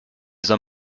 soll